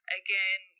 again